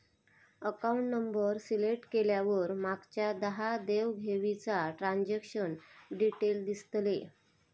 account number select केल्यावर मागच्या दहा देव घेवीचा ट्रांजॅक्शन डिटेल दिसतले